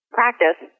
practice